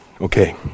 Okay